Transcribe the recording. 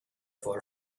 for